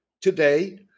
Today